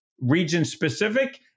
region-specific